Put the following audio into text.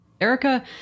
Erica